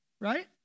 right